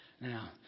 Now